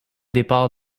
départ